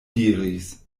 diris